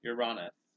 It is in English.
Uranus